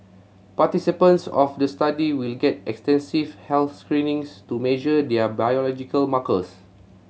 participants of the study will get extensive health screenings to measure their biological markers